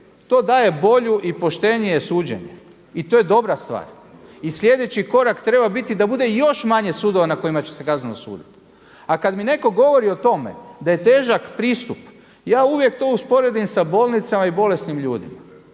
To daje bolju i poštenije suđenje i to je dobra stvar. I sljedeći korak treba biti da bude još manje sudova na kojima će se kazneno suditi. A kad mi netko govori o tome da je težak pristup ja uvijek to usporedim sa bolnicama i bolesnim ljudima.